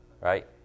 Right